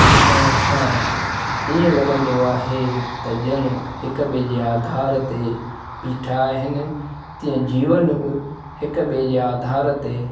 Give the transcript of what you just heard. ॾिसण सां ईअं लॻंदो आहे त ॼण हिकु ॿिएं जे आधार ते बीठा आहिनि तीअं जीवन बि हिकु ॿिएं जे आधार ते